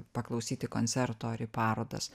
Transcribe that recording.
paklausyti koncerto ar į parodas